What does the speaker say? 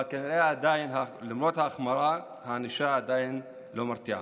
אבל כנראה למרות ההחמרה הענישה עדיין לא מרתיעה.